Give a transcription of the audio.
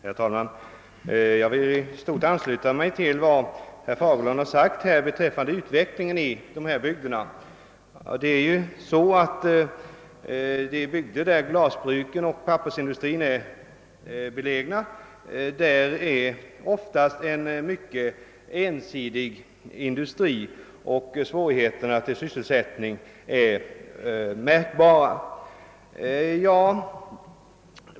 Herr talman! Jag kan i stort ansluta mig till vad herr Fagerlund anfört beträffande utvecklingen i berörda bygder. De orter där glasbruken och pappersindustrierna i Kalmar och Kronobergs län är belägna har oftast ett mycket ensidigt näringsliv och sysselsättningssvårigheterna är därför stora.